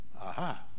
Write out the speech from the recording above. Aha